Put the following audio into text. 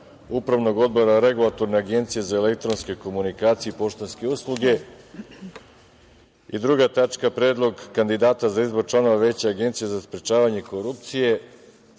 Upravnog odbora Regulatorne agencije za elektronske komunikacije i poštanske usluge i druga tačka – Predlog kandidata za izbor članova Veća Agencije za sprečavanje korupcije,